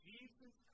Jesus